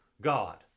God